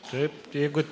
taip jeigu